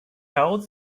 held